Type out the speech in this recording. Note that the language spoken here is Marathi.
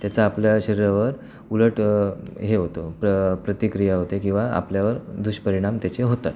त्याचा आपल्या शरीरावर उलट हे होतो प्र प्रतिक्रिया होते किंवा आपल्यावर दुष्परिणाम त्याचे होतात